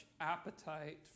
appetite